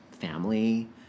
family